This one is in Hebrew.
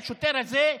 השוטר הזה,